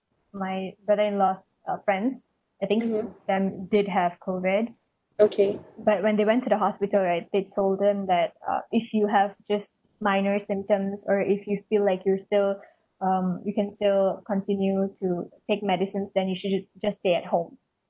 my brother-in-law's uh friends I think them did have COVID but when they went to the hospital right they told them that uh if you have just minor symptoms or if you feel like you're still um you can still continue to take medicines then you should just stay at home